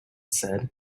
said